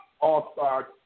all-star